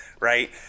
right